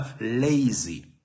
lazy